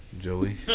Joey